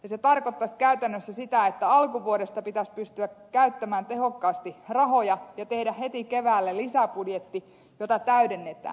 ja se tarkoittaisi käytännössä sitä että alkuvuodesta pitäisi pystyä käyttämään tehokkaasti rahoja ja tehdä heti keväällä lisäbudjetti jota täydennetään